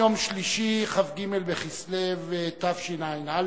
שלישי, כ"ג בכסלו תשע"א,